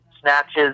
snatches